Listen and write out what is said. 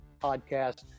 podcast